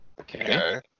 Okay